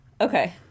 okay